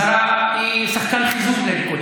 השרה היא שחקן חיזוק לליכוד.